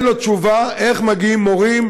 אין לו תשובה איך מגיעים מורים,